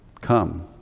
come